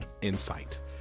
insight